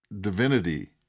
Divinity